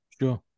Sure